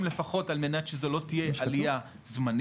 לפחות על מנת שזו לא תהיה עלייה זמנית,